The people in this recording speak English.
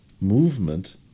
movement